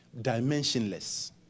dimensionless